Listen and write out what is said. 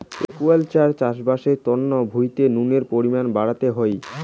aquaculture চাষবাস এর তন্ন ভুঁইতে নুনের পরিমান বাড়াতে হই